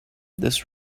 this